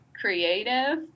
creative